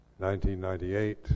1998